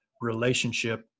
relationship